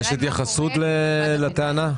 חברים, יש התייחסות לטענה?